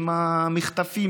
עם המחטפים,